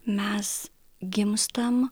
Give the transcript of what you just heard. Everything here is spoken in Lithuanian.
mes gimstam